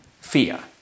Fear